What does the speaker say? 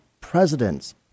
presidents